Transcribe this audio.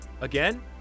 Again